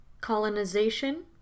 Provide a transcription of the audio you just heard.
colonization